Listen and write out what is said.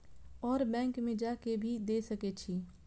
और बैंक में जा के भी दे सके छी?